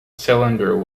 cylinder